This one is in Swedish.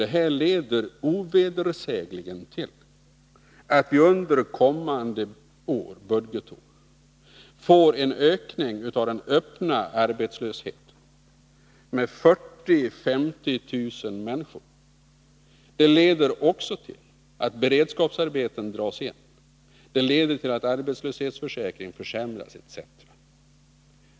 Jo, det leder ovedersägligen till att vi under kommande budgetår får en ökning av den öppna arbetslösheten med 40 000-50 000 människor. Det leder också till att beredskapsarbeten dras in, att arbetslöshetsförsäkringen försämras etc.